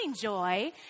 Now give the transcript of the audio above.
joy